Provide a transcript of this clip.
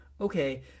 Okay